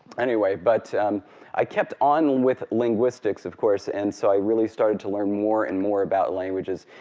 anyway, but i kept on with linguistics of course, and so i really started to learn more and more about languages.